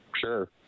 sure